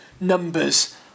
numbers